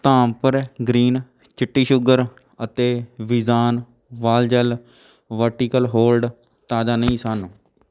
Dhampur green ਚਿੱਟੀ sugar ਅਤੇ ਵਿਜ਼ਾਨ ਵਾਲ ਜੈੱਲ ਵਰਟੀਕਲ ਹੋਲਡ ਤਾਜ਼ਾ ਨਹੀਂ ਸਨ